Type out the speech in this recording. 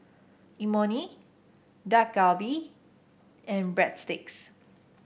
Imoni Dak Galbi and Breadsticks